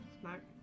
Smart